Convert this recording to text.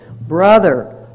Brother